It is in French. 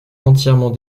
entièrement